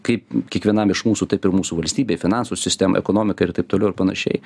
kaip kiekvienam iš mūsų taip ir mūsų valstybei finansų sistemai ekonomikai ir taip toliau ir panašiai